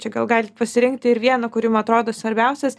čia gal galit pasirinkti ir vieną kur jum atrodo svarbiausias